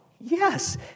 Yes